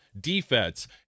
defense